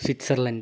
Switzerland